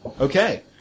Okay